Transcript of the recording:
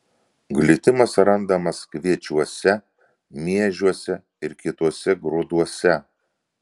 glitimas randamas kviečiuose miežiuose ir kituose grūduose